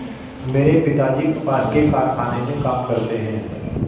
मेरे पिताजी कपास के कारखाने में काम करते हैं